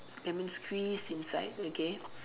lemon squeezed inside okay